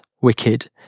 wicked